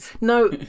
No